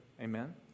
Amen